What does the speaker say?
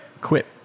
quit